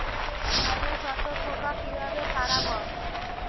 ধানে শোষক পোকা কিভাবে তাড়াব?